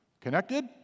Connected